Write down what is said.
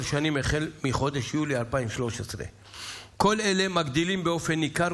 שנים החל מחודש יולי 2013. כל אלה מגדילים באופן ניכר,